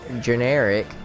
generic